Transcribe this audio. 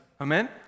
Amen